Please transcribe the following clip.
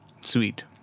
Sweet